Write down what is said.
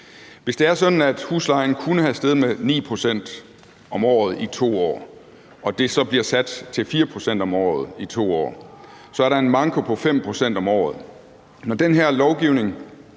at huslejen kunne være steget med 9 pct. om året i 2 år og det så bliver sat til 4 pct. om året i 2 år, så er der en manko på 5 pct. om året.